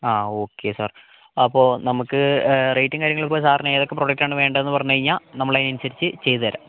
ആ okay sir അപ്പോൾ നമുക്ക് റേറ്റും കാര്യങ്ങളും ഇപ്പോൾ സാറിന് ഏതൊക്കെ പ്രൊഡക്റ്റ് ആണ് വേണ്ടതെന്ന് പറഞ്ഞുകഴിഞ്ഞാൽ നമ്മൾ അതിനനുസരിച്ച് ചെയ്തുതരാം